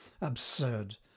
absurd